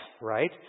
right